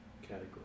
category